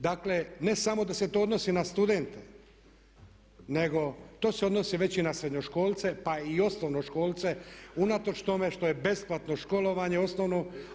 Dakle, ne samo da se to odnosi na studente, nego to se odnosi već i na srednjoškolce pa i osnovnoškolce unatoč tome što je besplatno školovanje osnovno.